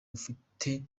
ufite